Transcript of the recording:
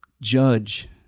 judge